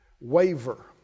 Waver